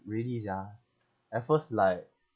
really sia at first like